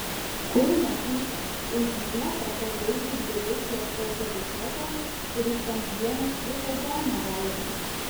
kur matyta už nieką pagaidinti rusijos autoritetą kuris ten vienas visą zoną valdo